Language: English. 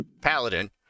Paladin